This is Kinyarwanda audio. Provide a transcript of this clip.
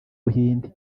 buhinde